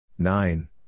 Nine